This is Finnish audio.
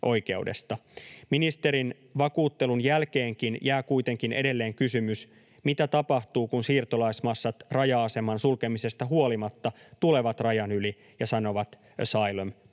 Ministerin vakuuttelun jälkeenkin jää kuitenkin edelleen kysymys, mitä tapahtuu, kun siirtolaismassat raja-aseman sulkemisesta huolimatta tulevat rajan yli ja sanovat ”asylum”,”